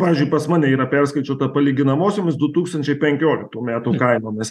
pavyzdžiui pas mane yra perskaičiuota palyginamosiomis du tūkstančiai penkioliktų metų kainomis